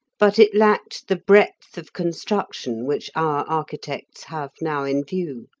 but it lacked the breadth of construction which our architects have now in view.